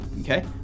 okay